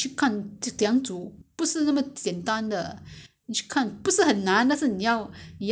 you must really fried it until it's very you know !wah! very fragrant ah then